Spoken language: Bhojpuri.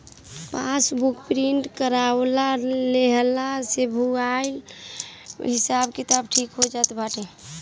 पासबुक प्रिंट करवा लेहला से भूलाइलो हिसाब किताब ठीक हो जात बाटे